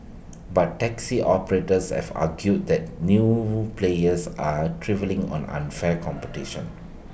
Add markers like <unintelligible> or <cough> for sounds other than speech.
but taxi operators have argued that new players are <unintelligible> on unfair competition